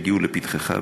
יגיעו לפתחך,